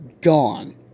gone